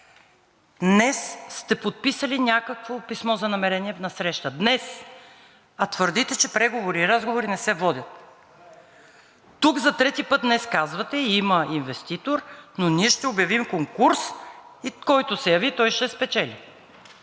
Днес сте подписали някакво писмо за намерение на среща, днес, а твърдите, че преговори и разговори не се водят. Тук за трети път днес казвате – има инвеститор, но ние ще обявим конкурс и който се яви, той ще спечели.